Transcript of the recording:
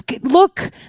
look